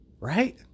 Right